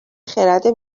خرد